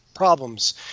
problems